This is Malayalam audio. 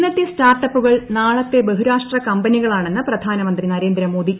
ഇന്നത്തെ സ്റ്റാർട്ടപ്പൂകൾ നാളത്തെ ബഹുരാഷ്ട്ര കമ്പനികളാ ണെന്ന് പ്രധാനമന്ത്രി നരേന്ദ്രമോദി